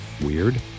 weird